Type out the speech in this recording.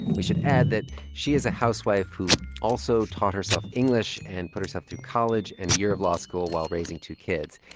we should add that she is a housewife who also taught herself english and put herself through college and a year of law school while raising two kids.